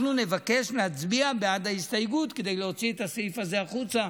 אנחנו נבקש להצביע בעד ההסתייגות כדי להוציא את הסעיף הזה החוצה,